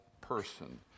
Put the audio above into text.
person